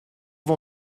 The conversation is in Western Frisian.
wol